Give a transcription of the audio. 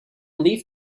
leafed